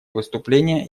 выступления